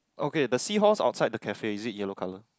okay the seahorse outside the cafe is it yellow color